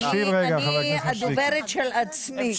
אני הדוברת של עצמי.